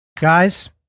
Guys